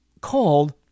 called